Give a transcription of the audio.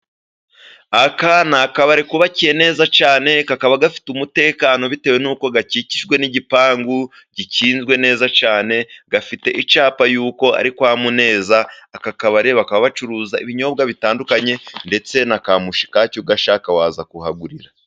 Aka ni akabari kubakiye neza cyane, kakaba gafite umutekano bitewe n’uko gakikijwe n’igipangu gikinzwe neza cyane. Gafite icyapa yuko ari kwa Muneza. Aka kabari bakaba bacuruza ibinyobwa bitandukanye, ndetse na ka mushikake, ugashaka waza kuhagurira.